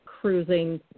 cruising